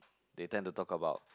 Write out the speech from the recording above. they tend to talk about